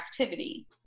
activity